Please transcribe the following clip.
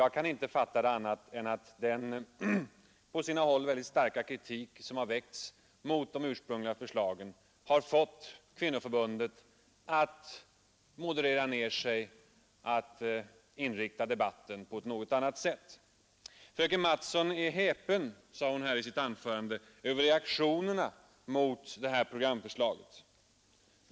Jag kan inte förstå det på annat sätt än att den, på sina håll, starka kritiken mot programmet har fått kvinnoförbundet att moderera sig och inrikta debatten på ett annat sätt. Fröken Mattson sade i sitt anförande att hon är häpen över reaktionerna mot detta program.